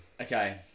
okay